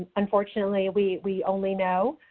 unfortunately, we we only know